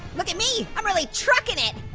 look at me, i'm really truckin' it!